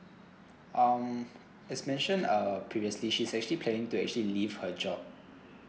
um as mentioned uh previously she's actually planning to actually leave her job